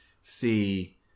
see